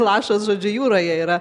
lašas žodžiu jūroje yra